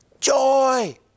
Joy